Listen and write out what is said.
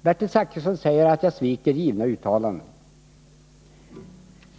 Bertil Zachrisson säger att jag sviker givna uttalanden.